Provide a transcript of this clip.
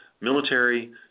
military